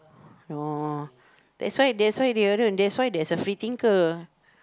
no that's why that's why they alone that's why there's a free thinker